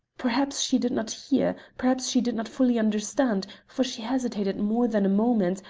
perhaps she did not hear, perhaps she did not fully understand, for she hesitated more than a moment,